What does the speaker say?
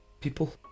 people